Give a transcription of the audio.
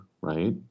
right